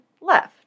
left